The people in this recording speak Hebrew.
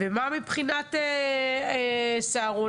ומה מבחינת סהרונים,